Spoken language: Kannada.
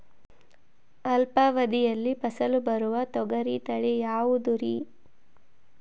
ಅಲ್ಪಾವಧಿಯಲ್ಲಿ ಫಸಲು ಬರುವ ತೊಗರಿ ತಳಿ ಯಾವುದುರಿ?